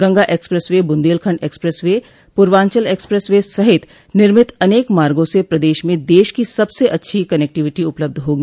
Ganga expressway Bundelkhand expressway Purvanchal expressway सहित निर्मित अनेक मार्गो से प्रदेश में देश की सबसे अच्छी कनेक्टिविटी उपलब्ध होंगी